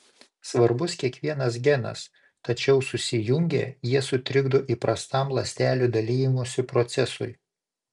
svarbus kiekvienas genas tačiau susijungę jie sutrikdo įprastam ląstelių dalijimosi procesui